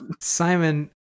Simon